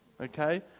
okay